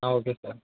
okay sir